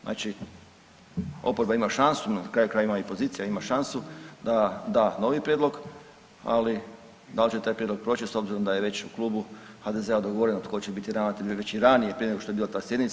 Znači, oporba ima šansu na kraju krajeva i opozicija ima šansu da da novi prijedlog, ali da li će taj prijedlog proći s obzirom da je već u klubu HDZ-a dogovoreno tko će biti ravnatelj već i ranije prije nego što je bila ta sjednica.